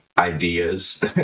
ideas